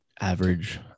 average